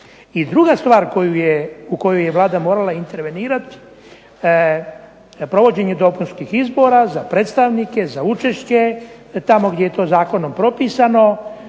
druga stvar u koju je Vlada morala intervenirati, provođenje dopunskih izbora za predstavnike, za učešće tamo gdje je to zakonom propisano,